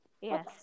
Yes